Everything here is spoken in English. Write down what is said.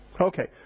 Okay